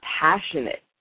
passionate